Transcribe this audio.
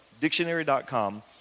Dictionary.com